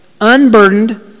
unburdened